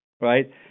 right